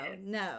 no